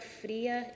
fria